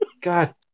God